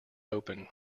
open